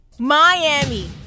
Miami